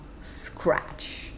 scratch